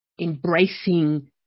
embracing